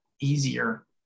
easier